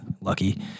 Lucky